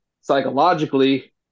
psychologically